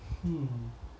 hmm